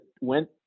went